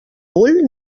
vull